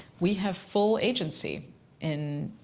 we have full agency in